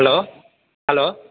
hello hello